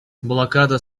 блокада